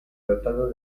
dotado